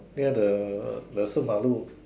near the the Si mah Lu